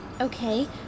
Okay